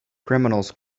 criminals